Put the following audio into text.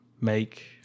Make